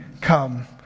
come